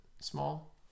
Small